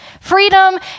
Freedom